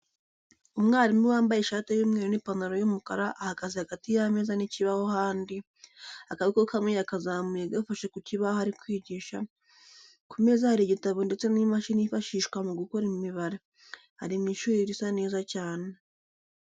Umwarimu wambaye ishati y'umweru n'apanataro y'umukara ahagaze hagati y'ameza n'ikibaho handi akaboko kamwe yakazamuye gafashe ku kibaho ari kwigisha. Ku meza hari igitabo ndetse n'imashini yifashishwa mu gukora imibare. Ari mu ishuri risa neza cyane.